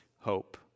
hope